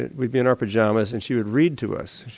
and we'd be in our pyjamas and she would read to us.